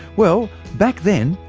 well, back then,